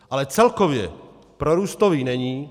Ale celkově prorůstový není.